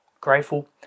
Grateful